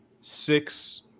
six